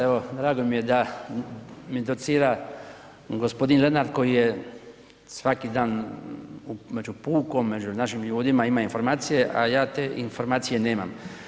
Evo, drago mi da mi docira gospodin Lenart koji je svaki dan među pukom, među našim ljudima, ima informacije, a ja te informacije nemam.